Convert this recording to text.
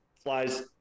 flies